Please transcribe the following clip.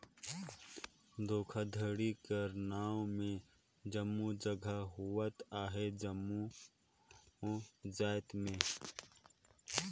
धोखाघड़ी कर नांव में जम्मो जगहा होत अहे जम्मो जाएत में